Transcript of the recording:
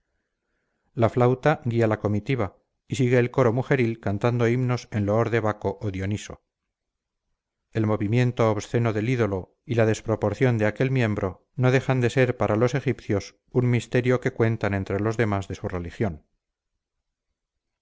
la flauta guía la comitiva y sigue el coro mujeril cantando himnos en loor de baco o dioniso el movimiento obsceno del ídolo y la desproporción de aquel miembro no dejan de ser para los egipcios un misterio que cuentan entre los demás de su religión